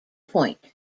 point